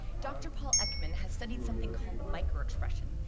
dr. paul ekman has studied something called the microexpression.